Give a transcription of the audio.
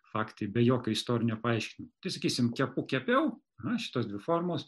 faktai be jokio istorinio paaiškinimo tai sakysim kepu kepiau na šitos dvi formos